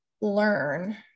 learn